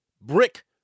brick